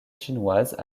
chinoises